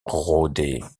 rôder